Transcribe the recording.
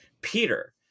Peter